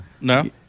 No